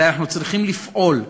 אלא אנחנו צריכים לפעול,